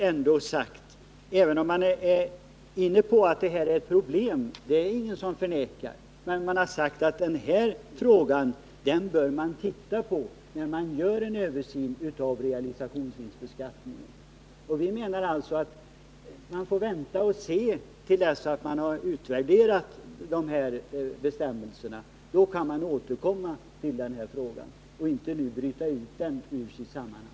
Även om man är inne på att detta är ett problem, vilket ingen förnekar, har utskottet här ändå sagt att man bör titta på denna fråga då en översyn av realisationsvinstbeskattningen sker. Vi menar alltså att man får vänta och se till dess man har utvärderat dessa bestämmelser. Då går det att återkomma till denna fråga. Den bör inte som nu sker brytas ut ur sitt sammanhang.